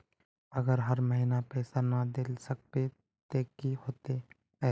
अगर हर महीने पैसा ना देल सकबे ते की होते है?